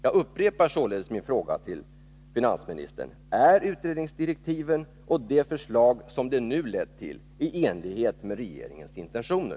Jag upprepar således min fråga till finansministern: Är utredningsdirektiven och det förslag som de nu lett till i enlighet med regeringens intentioner?